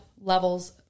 levels